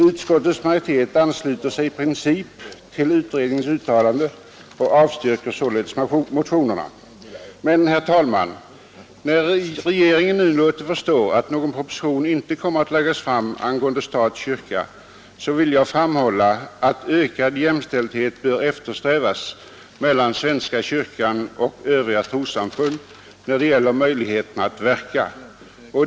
Utskottets majoritet ansluter sig i princip till utredningens uttalande och avstyrker således motionerna. Herr talman! När regeringen nu låtit förstå att någon proposition inte kommer att läggas fram angående stat—kyrka, vill jag framhålla att ökad jämställdhet bör eftersträvas mellan svenska kyrkan och övriga trossamfund när det gäller möjligheterna att verka.